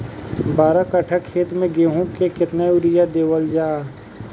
बारह कट्ठा खेत के गेहूं में केतना यूरिया देवल जा?